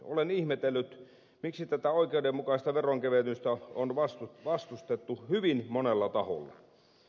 olen ihmetellyt miksi tätä oikeudenmukaista veronkevennystä on vastustettu hyvin monella taholla